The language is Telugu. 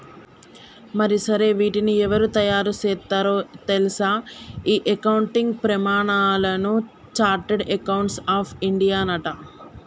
మరి సరే వీటిని ఎవరు తయారు సేత్తారో తెల్సా ఈ అకౌంటింగ్ ప్రమానాలను చార్టెడ్ అకౌంట్స్ ఆఫ్ ఇండియానట